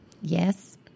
Yes